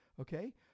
Okay